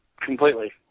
completely